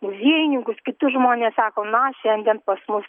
muziejininkus kitus žmones sako na šiandien pas mus